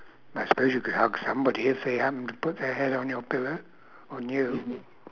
I suppose you could hug somebody if they happened to put their head on their pillow on you